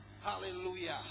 hallelujah